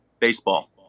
baseball